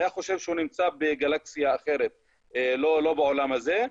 היה חושב שהוא נמצא בגלקסיה אחרת ולא בעולם הזה.